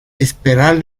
esperar